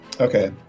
Okay